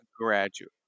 graduate